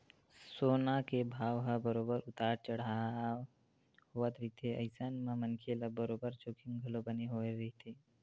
सोना के भाव ह बरोबर उतार चड़हाव होवत रहिथे अइसन म मनखे ल बरोबर जोखिम घलो बने होय रहिथे